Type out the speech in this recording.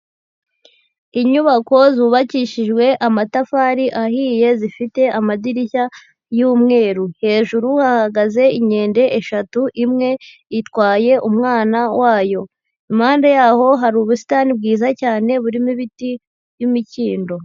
Inyubako zubakishijwe amatafari ahiye, zifite amadirishya y'umweru. Hejuru hahagaze inkende eshatu, imwe itwaye umwana wayo. Impande yaho hari ubusitani bwiza cyane, burimo ibiti by'imikindo.